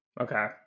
Okay